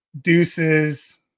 deuces